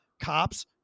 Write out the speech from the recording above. cops